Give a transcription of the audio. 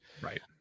right